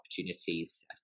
opportunities